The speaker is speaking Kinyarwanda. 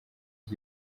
iki